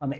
on the